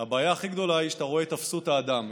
הבעיה הכי גדולה היא שאתה רואה את אפסות האדם,